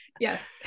yes